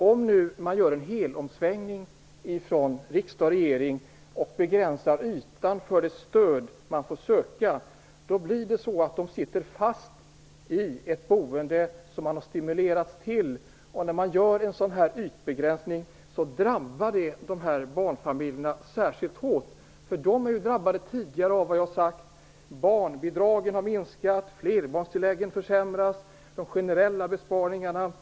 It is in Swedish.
Om nu riksdag och regering gör en helomvändning och begränsar den bostadsyta som man får söka stöd för, kommer dessa barnfamiljer att sitta fast i ett boende som de har stimulerats till. En sådan här ytbegränsning drabbar barnfamiljerna särskilt hårt. De har, som jag har sagt, redan tidigare drabbats. Barnbidragen har minskats, flerbarnstillägget har försämrats och generella besparingar har genomförts.